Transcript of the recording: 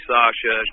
Sasha